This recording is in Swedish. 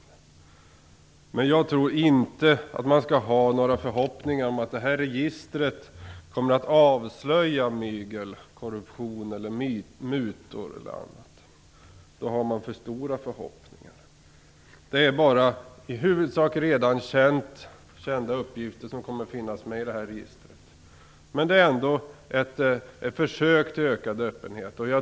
Men jag tror inte att man skall ha några förhoppningar om att registret kommer att avslöja mygel, korruption, mutor eller annat. Det vore att ha för stora förhoppningar. Det är i huvudsak bara redan kända uppgifter som kommer att finnas med i registret, men det är ändå ett försök till ökad öppenhet.